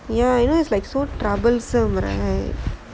ya you know it's like so troublesome